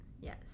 yes